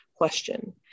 question